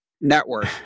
network